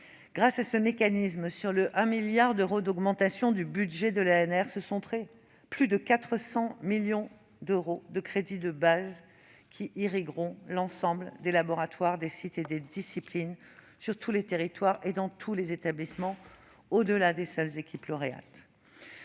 Grâce à ce mécanisme, sur le milliard d'euros d'augmentation du budget de l'ANR, ce sont plus de 400 millions d'euros de crédits de base qui irrigueront désormais l'ensemble des laboratoires, des sites et des disciplines, sur tous les territoires et dans tous les établissements, au-delà des seules équipes lauréates.